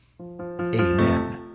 amen